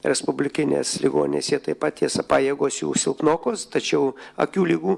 respublikinės ligoninės jie taip pat tiesa pajėgos jų silpnokos tačiau akių ligų